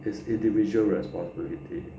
his individual responsibility